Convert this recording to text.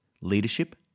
leadership